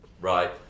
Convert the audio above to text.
right